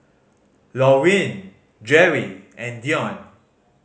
Laurene Jerri and Deon